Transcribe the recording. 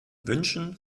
wünschen